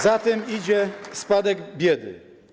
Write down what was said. Za tym idzie spadek biedy.